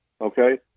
Okay